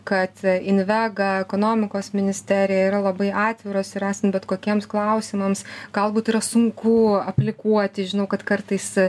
kad invega ekonomikos ministerija yra labai atviros ir esant bet kokiems klausimams galbūt yra sunku aplikuoti žinau kad kartais